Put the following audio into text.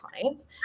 clients